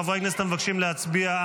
חברי כנסת המבקשים להצביע,